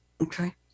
Okay